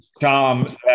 Tom